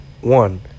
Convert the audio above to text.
one